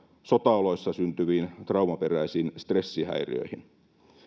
sotaoloissa syntyviin traumaperäisiin stressihäiriöihin